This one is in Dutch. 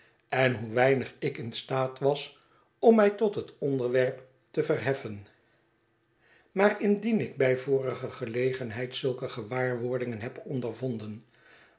en hoe weinig ik in staat was om mij tot het onderwerp te verheffen maar indien ik bij vorige gelegenheid zulke gewaarwordingen heb ondervonden